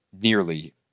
nearly –